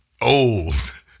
old